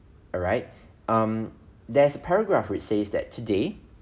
alright um there's a paragraph which says that today